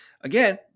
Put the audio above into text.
again